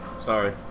Sorry